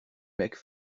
mecs